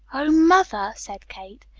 oh, mother! said kate.